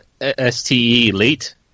S-T-E-Late